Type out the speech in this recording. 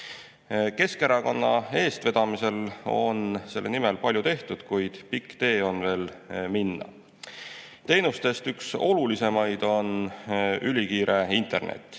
Keskerakonna eestvedamisel on selle nimel palju tehtud, kuid pikk tee on veel minna. Teenustest üks olulisemaid on ülikiire internet,